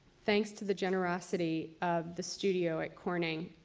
thanks to the generosity of the studio at corning,